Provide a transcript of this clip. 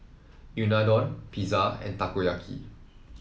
Unadon Pizza and Takoyaki